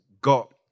got